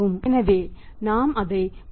எனவே நாம் அதை 10